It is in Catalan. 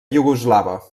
iugoslava